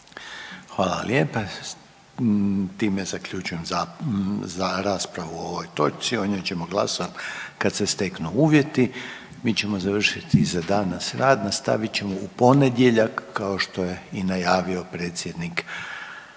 Hvala lijepa. S time zaključujem za, za raspravu o ovoj točci. O njoj ćemo glasovati kad se steknu uvjeti. Mi ćemo završiti za danas rad. Nastavit ćemo u ponedjeljak kao što je i najavio predsjednik